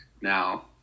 now